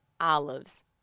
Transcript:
olives